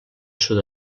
sud